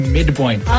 Midpoint